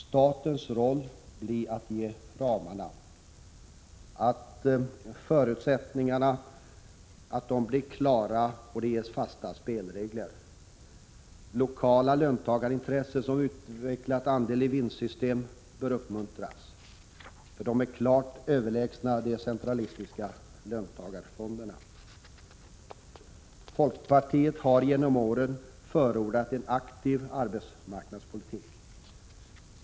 Statens roll är att ge ramarna, att skapa klara förutsättningar och att ge fasta spelregler. Lokala löntagarintressen som utvecklat andel-i-vinstsystem bör uppmuntras. De är klart överlägsna de centralistiska löntagarfonderna! Folkpartiet har genom åren förordat en aktiv arbetsmarknadspolitik.